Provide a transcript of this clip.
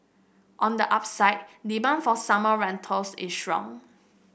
on the upside demand for summer rentals is strong